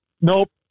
Nope